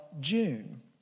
June